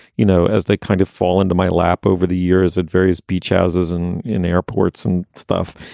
you know, as they kind of fall into my lap over the years at various beach houses and in airports and stuff,